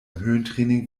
höhentraining